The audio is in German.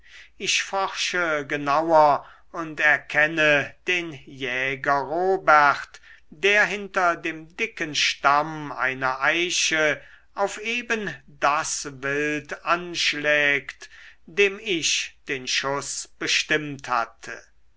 ich forsche genauer und erkenne den jäger robert der hinter dem dicken stamm einer eiche auf eben das wild anschlägt dem ich den schuß bestimmt hatte